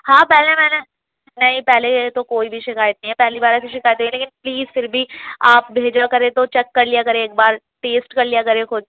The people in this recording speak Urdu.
ہاں پہلے میں نے نہیں پہلے یہ تو کوئی بھی شکایت نہیں ہے پہلی بار ایسی شکایت کہ پلیز پھر بھی آپ بھیجا کریں تو چیک کر لیا کریں ایک بار ٹیسٹ کر لیا کریں خود